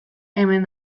hemen